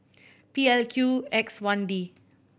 P L Q X one D